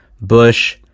Bush